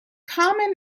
common